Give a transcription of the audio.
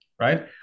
right